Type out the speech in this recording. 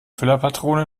füllerpatrone